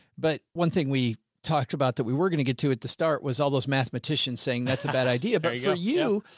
but one thing we talked about that we were going to get to at the start was all those mathematicians saying, that's a bad idea, but for you,